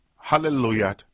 hallelujah